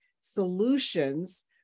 solutions